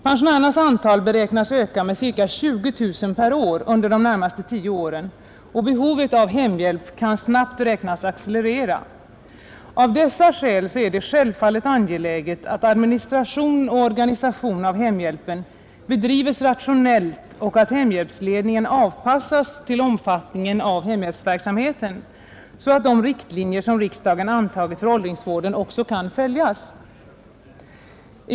Pensionärernas antal beräknas öka med 20 000 per år under de närmaste tio åren och behovet av hemhjälp kan beräknas snabbt accelerera. Av dessa skäl är det självfallet angeläget att administration och organisation av hemhjälpen bedrivs rationellt och att hemhjälpsledningen avpassas till omfattningen av hemhjälpsverksamheten, så att de riktlinjer som riksdagen antagit för åldringsvården också kan följas.